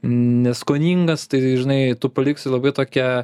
neskoningas tai žinai tu paliksi labai tokią